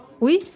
Oui